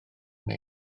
neu